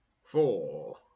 Four